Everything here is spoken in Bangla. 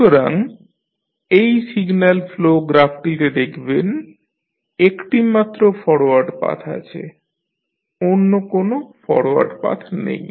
সুতরাং এই সিগন্যাল ফ্লো গ্রাফটিতে দেখবেন একটিমাত্র ফরওয়ার্ড পাথ আছে অন্য কোন ফরওয়ার্ড পাথ নেই